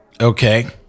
okay